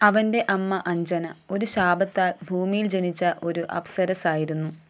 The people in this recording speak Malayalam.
അവൻ്റെ അമ്മ അഞ്ജന ഒരു ശാപത്താൽ ഭൂമിയിൽ ജനിച്ച ഒരു അപ്സരസ്സായിരുന്നു